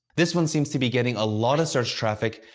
this one seems to be getting a lot of search traffic,